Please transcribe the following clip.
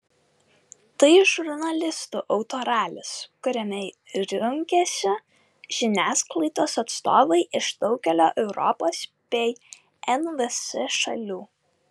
tai žurnalistų autoralis kuriame rungiasi žiniasklaidos atstovai iš daugelio europos bei nvs šalių